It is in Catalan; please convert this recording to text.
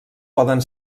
poden